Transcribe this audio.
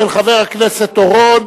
של חבר הכנסת אורון.